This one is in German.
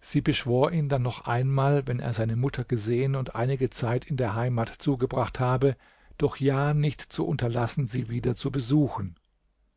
sie beschwor ihn dann noch einmal wenn er seine mutter gesehen und einige zeit in der heimat zugebracht habe doch ja nicht zu unterlassen sie wieder zu besuchen